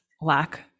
lack